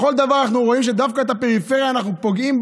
בכל דבר אנחנו רואים שדווקא בפריפריה אנחנו פוגעים.